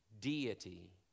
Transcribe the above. deity